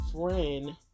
friend